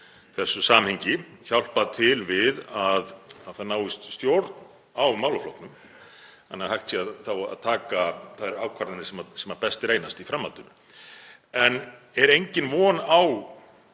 þessu samhengi, hjálpað til við að það náist stjórn á málaflokknum þannig að hægt sé að taka þær ákvarðanir sem best reynast í framhaldinu. En er engin von á